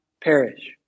perish